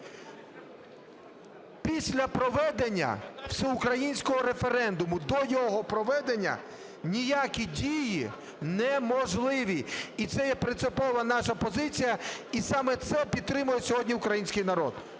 "Після проведення всеукраїнського референдуму". До його проведення ніякі дії неможливі. І це є принципова наша позиція, і саме це підтримує сьогодні український народ.